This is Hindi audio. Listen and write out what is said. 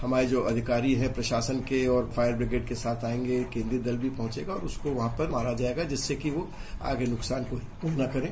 हमारे जो अधिकारी है प्रशासन के और फायर ब्रिगेड के साथ आयेंगे उनका केन्द्रीय दल भी पहुंचेगा उसको वहां पर मारा जायेगा जिससे कि यह आगे नुकसान न पहुंचा सके